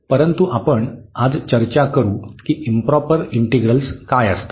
परंतु आपण आज चर्चा करू की इंप्रॉपर इंटिग्रल्स काय असतात